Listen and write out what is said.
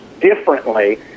differently